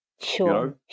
Sure